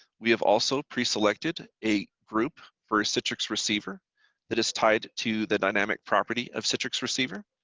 we have also preselected a group for a citrix receiver that is tied to the dynamic property of citrix receiver.